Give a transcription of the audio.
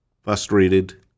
frustrated